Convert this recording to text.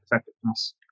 effectiveness